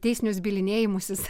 teisinius bylinėjimusis